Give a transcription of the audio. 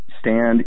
stand